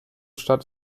stadt